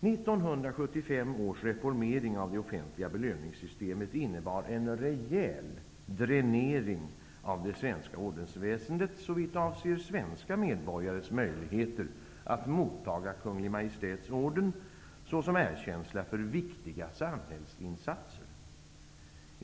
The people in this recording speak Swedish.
1975 års reformering av det offentliga belöningssystemet innebar en rejäl dränering av det svenska ordensväsendet såvitt avser svenska medborgares möjligheter att motta Kungl. Maj:ts orden såsom erkänsla för viktiga samhällsinsatser.